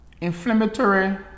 Inflammatory